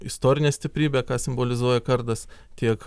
istorine stiprybe ką simbolizuoja kardas tiek